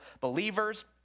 believers